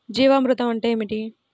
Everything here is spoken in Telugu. జీవామృతం అంటే ఏమిటి?